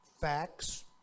facts